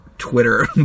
Twitter